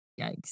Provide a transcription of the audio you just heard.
yikes